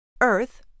Earth